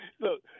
Look